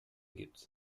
gibt